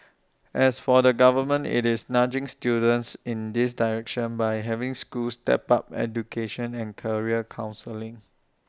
as for the government IT is nudging students in this direction by having schools step up education and career counselling